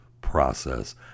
process